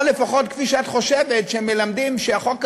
או לפחות, כפי שאת חושבת, מלמדים שהחוק הזה,